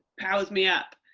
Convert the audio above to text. powers me up.